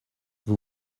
vous